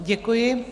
Děkuji.